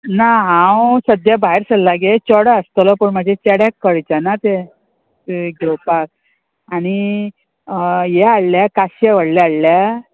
ना हांव सद्द्या भायर सल्ला गे चेडो आसतलो पूण म्हाजे चेड्याक कळचना ते घेवपाक आनी हे हाडल्या काशे व्हडले हाडल्या